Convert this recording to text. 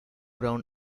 brown